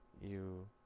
you